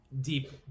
deep